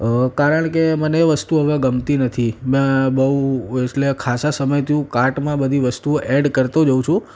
કારણ કે મને એ વસ્તુઓ હવે ગમતી નથી મેં બહુ એટલે ખાસા સમયથી હું કાર્ટમાં બધી વસ્તુઓ એડ કરતો જાઉં છું